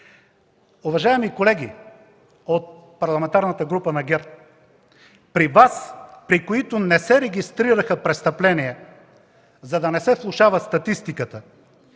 Уважаеми колеги от Парламентарната група на ГЕРБ, при Вас, при които не се регистрираха престъпления, за да не се влошава статистиката,